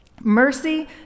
mercy